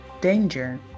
danger